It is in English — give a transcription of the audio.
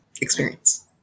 experience